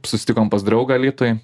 susitikom pas draugą alytuj